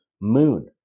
moon